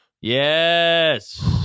yes